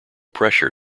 pressure